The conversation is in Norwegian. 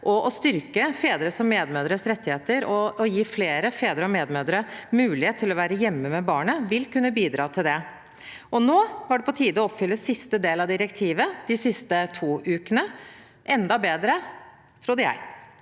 å styrke fedres og medmødres rettigheter og gi flere fedre og medmødre mulighet til å være hjemme med barnet vil kunne bidra til det. Nå var det på tide å oppfylle siste del av direktivet – de siste to ukene. Det var enda bedre – trodde jeg.